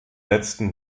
letzten